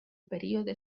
període